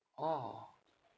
orh